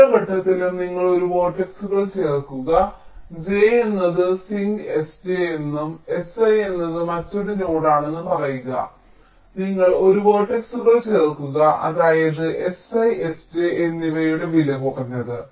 ഓരോ ഘട്ടത്തിലും നിങ്ങൾ ഒരു വേർട്ടക്സുകൾ ചേർക്കുക j എന്നത് സിങ്ക് sj എന്നും si എന്നത് മറ്റൊരു നോഡാണെന്നും പറയുക നിങ്ങൾ ഒരു വേർട്ടക്സുകൾ ചേർക്കുക അതായത് si sj എന്നിവയുടെ വില കുറഞ്ഞത്